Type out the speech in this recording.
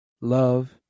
love